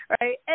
right